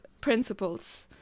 principles